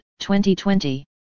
2020